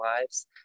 lives